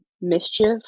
mischief